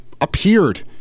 appeared